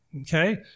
okay